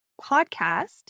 podcast